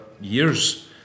years